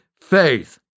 faith